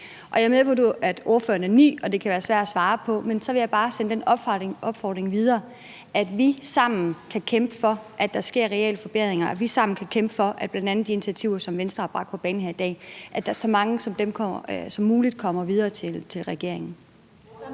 er med på, at ordføreren er ny, og at det kan være det er svært at svare på, men så vil jeg bare bringe den opfordring videre, at vi sammen kan kæmpe for, at der sker reelle forbedringer, og at vi sammen kan kæmpe for, at bl.a. så mange som muligt af de initiativer, som Venstre har bragt på banen her i dag, kommer videre til regeringen.